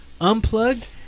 unplugged